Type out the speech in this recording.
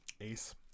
Ace